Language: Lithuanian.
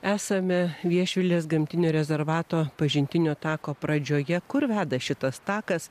esame viešvilės gamtinio rezervato pažintinio tako pradžioje kur veda šitas takas